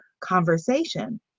conversation